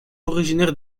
originaire